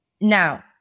Now